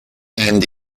and